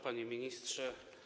Panie Ministrze!